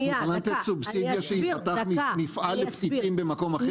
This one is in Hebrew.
את מוכנה לתת סובסידיה שייפתח מפעל לפתיתים במקום אחר בישראל?